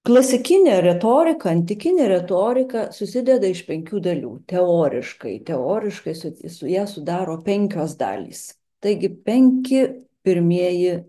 klasikinė retorika antikinė retorika susideda iš penkių dalių teoriškai teoriškai su ja sudaro penkios dalys taigi penki pirmieji